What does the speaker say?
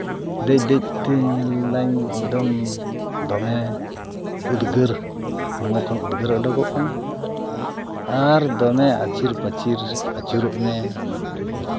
ᱫᱮᱡ ᱫᱮᱡ ᱛᱮ ᱧᱮᱞ ᱫᱟᱹᱧ ᱮᱠᱫᱚᱢ ᱫᱚᱢᱮ ᱩᱫᱽᱜᱟᱹᱨ ᱦᱚᱲᱢᱚ ᱠᱷᱚᱱ ᱩᱫᱽᱜᱟᱹᱨ ᱩᱰᱩᱠᱚᱜ ᱠᱟᱱᱟ ᱟᱨ ᱫᱚᱢᱮ ᱟᱹᱪᱤᱨ ᱯᱟᱹᱪᱤᱨ ᱟᱹᱪᱩᱨᱚᱜ ᱢᱮ